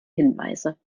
hinweise